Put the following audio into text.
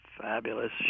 fabulous